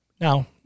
Now